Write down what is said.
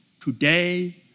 today